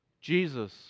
Jesus